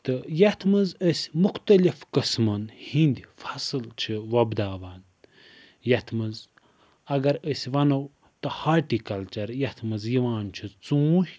تہٕ یَتھ منٛز أسۍ مُختٔلِف قٔسمَن ہٕنٛدۍ فَصل چھِ وۄپداوان یَتھ منٛز اَگر أسۍ وَنو تہٕ ہاٹیکَلچر یَتھ منٛز یِوان چھُ ژوٗنٛٹھۍ